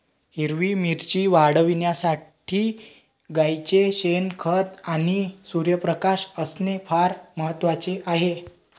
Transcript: हिरवी मिरची वाढविण्यासाठी गाईचे शेण, खत आणि सूर्यप्रकाश असणे फार महत्वाचे आहे